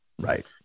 Right